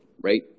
right